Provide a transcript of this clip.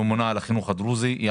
הממונה על החינוך הדרוזי במשרד החינוך.